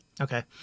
okay